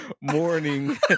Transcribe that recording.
morning